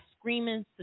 Screaming